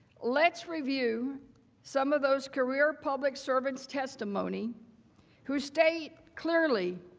let's review some of those career public servants' testimony who state clearly